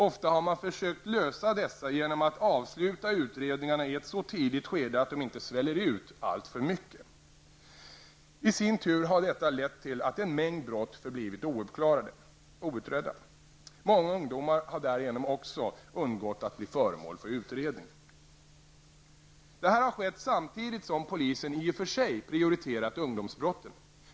Ofta har man försökt lösa dessa genom att avsluta utredningarna i ett så tidigt skede att de inte sväller ut alltför mycket. I sin tur har detta lett till att en mängd brott förblivit outredda. Många ungdomar har därigenom också undgått att bli föremål för utredning. Det har skett samtidigt som polisen i och för sig prioriterat ungdomsbrotten.